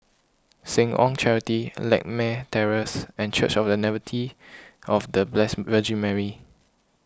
Seh Ong Charity Lakme Terrace and Church of the Nativity of the Blessed Virgin Mary